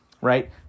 right